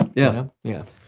yeah. yeah.